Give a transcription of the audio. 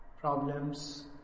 problems